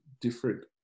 different